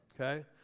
okay